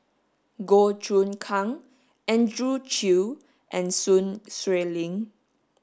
Goh Choon Kang Andrew Chew and Sun Xueling